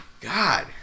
God